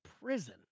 prison